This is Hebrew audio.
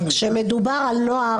כשמדובר על נוער,